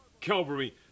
Calvary